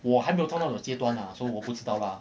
我还没有到那种阶段啦 so 我不知道啦